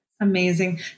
Amazing